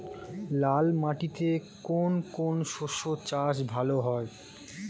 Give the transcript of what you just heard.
লাল মাটিতে কোন কোন শস্যের চাষ ভালো হয়?